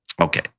okay